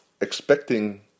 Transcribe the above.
expecting